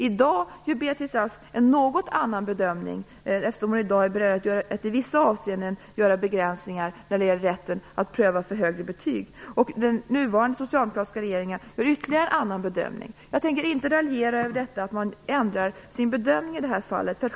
I dag gör Beatrice Ask en något annan bedömning, eftersom hon i dag är beredd att i vissa avseenden göra begränsningar när det gäller rätten att pröva för högre betyg. Den nuvarande socialdemokratiska regeringen gör ytterligare en annan bedömning. Jag tänker inte raljera över att man ändrar sin bedömning i det här fallet.